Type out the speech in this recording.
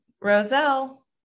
Roselle